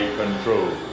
control